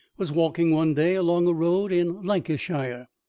was walking one day along a road in lancashire,